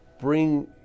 bring